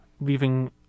leaving